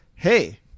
Hey